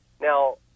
Now